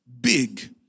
big